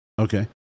Okay